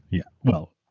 yeah. well,